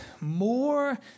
more